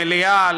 המליאה,